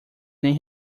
nem